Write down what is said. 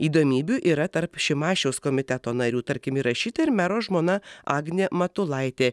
įdomybių yra tarp šimašiaus komiteto narių tarkim įrašyta ir mero žmona agnė matulaitė